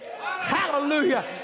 Hallelujah